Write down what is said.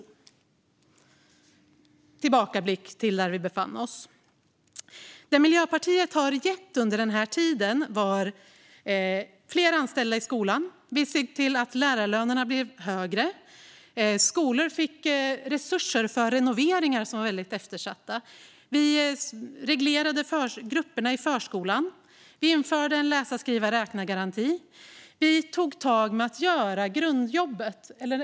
Det var en tillbakablick på var vi befann oss då. Miljöpartiet gav under sin tid fler anställda i skolan. Vi såg till att lärarlönerna blev högre. Skolor fick resurser för renoveringar, vilket var eftersatt. Vi reglerade grupperna i förskolan. Vi införde en läsa-skriva-räkna-garanti. Vi tog tag i grundjobbet.